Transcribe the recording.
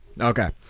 Okay